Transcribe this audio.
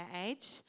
Age